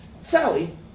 Sally